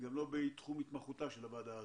זה לא בתחום התמחותה של הוועדה הזאת.